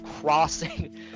crossing